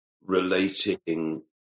relating